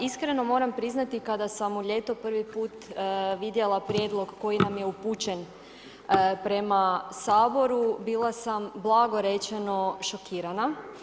Iskreno moram priznati kada sam u ljeto prvi put vidjela prijedlog koji nam je upućen prema Saboru bila sam blago rečeno šokirana.